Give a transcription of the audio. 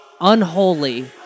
Unholy